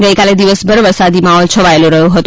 ગઈકાલે દિવસભર વરસાદી માહોલ છવાયેલો રહ્યો હતો